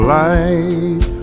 light